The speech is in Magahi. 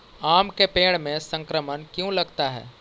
आम के पेड़ में संक्रमण क्यों लगता है?